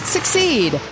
Succeed